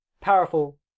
powerful